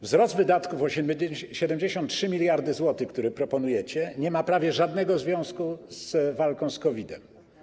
Wzrost wydatków - 73 mld zł, który proponujecie, nie ma prawie żadnego związku z walką z COVID-em.